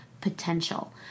potential